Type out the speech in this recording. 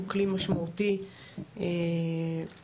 שהוא כלי משמעותי בהיבט,